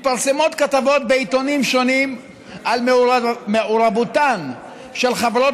מתפרסמות כתבות בעיתונים שונים על מעורבותן של חברות